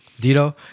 Dito